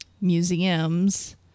museums